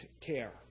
care